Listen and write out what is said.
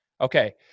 Okay